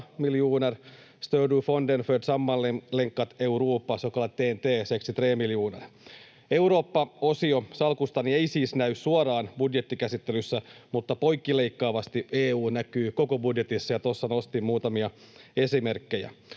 Eurooppa-osio salkustani ei siis näy suoraan budjettikäsittelyssä, mutta poikkileikkaavasti EU näkyy koko budjetissa, ja tuossa nostin muutamia esimerkkejä.